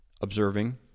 observing